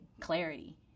clarity